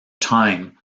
time